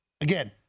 again